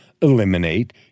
eliminate